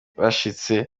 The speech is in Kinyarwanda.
bashitse